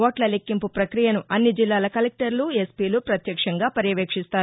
ఓట్ల లెక్కింపు ప్రక్రియను అన్ని జిల్లాల కలెక్టర్లు ఎస్పీలు ప్రత్యక్షంగా పర్యవేక్షిస్తారు